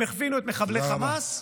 הם הכווינו את מחבלי חמאס.